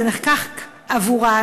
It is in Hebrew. זה נחקק עבורן,